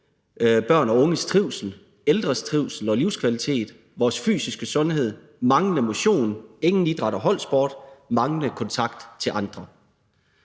børns og unges trivsel, ældres trivsel og livskvalitet, vores fysiske sundhed, i forhold til manglende motion, ingen idræt og holdsport, manglende kontakt til andre.